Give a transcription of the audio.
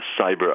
cyber